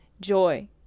joy